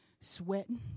sweating